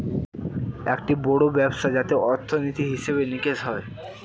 একটি বড়ো ব্যবস্থা যাতে অর্থনীতি, হিসেব নিকেশ হয়